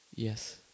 Yes